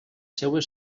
seues